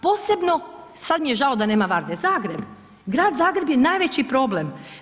Posebno, sad mi je žao da nema Varge, Zagreb, Grad Zagreb je najveći problem.